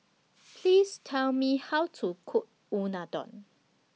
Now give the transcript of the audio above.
Please Tell Me How to Cook Unadon